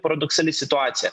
paradoksali situacija